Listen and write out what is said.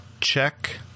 check